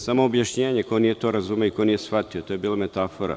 Samo objašnjenje, ko nije to razumeo i ko nije shvatio, to je bila metafora.